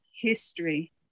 history